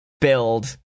build